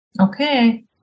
Okay